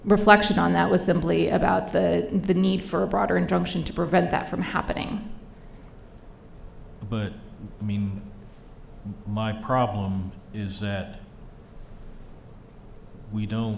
reflection on that was simply about the need for a broader injunction to prevent that from happening but i mean my problem is that we